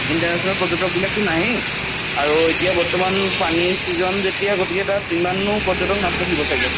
international পৰ্যটকবিলাকতো নাহেই আৰু এতিয়া বৰ্তমান পানী ছিজন যেতিয়া গতিকে তাত ইমানো পৰ্যটক নাথাকিব চাগে